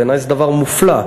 בעיני זה דבר מופלא,